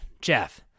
Jeff